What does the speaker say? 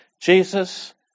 Jesus